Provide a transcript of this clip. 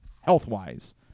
health-wise